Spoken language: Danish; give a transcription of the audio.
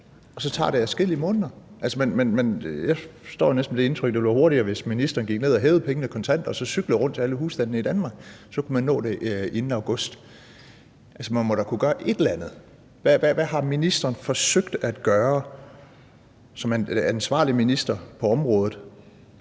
og så tager det adskillige måneder. Jeg står næsten med det indtryk, at det ville være hurtigere, hvis ministeren gik ned og hævede pengene kontant og så cyklede rundt til alle husstandene i Danmark. Så kunne man nå det inden august. Altså, man må da kunne gøre et eller andet. Hvad har ministeren forsøgt at gøre som ansvarlig minister på området